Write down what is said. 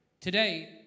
today